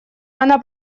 она